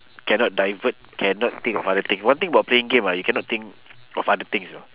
cannot divert cannot think of other thing one thing about playing game ah you cannot think of other things you know